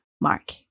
Mark